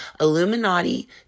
Illuminati